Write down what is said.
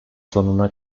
sonuna